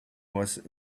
was